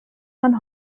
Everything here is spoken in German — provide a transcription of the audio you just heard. man